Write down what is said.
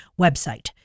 website